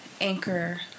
anchor